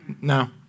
No